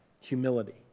humility